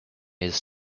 his